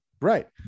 Right